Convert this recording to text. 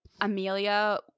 Amelia